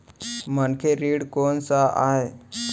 मनखे ऋण कोन स आय?